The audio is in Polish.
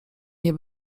nie